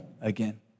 again